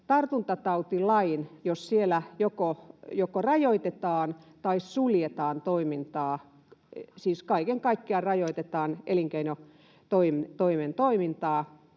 tartuntatautilaissa joko rajoitetaan tai suljetaan toimintaa, siis kaiken kaikkiaan rajoitetaan elinkeinotoimintaa